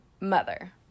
mother